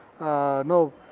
no